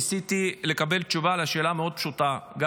ניסיתי לקבל תשובה על השאלה המאוד-פשוטה גם